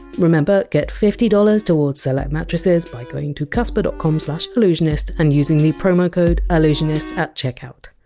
remember, get fifty dollars towards select mattresses by going to casper dot com slash allusionist and using the promo code allusionist at checkout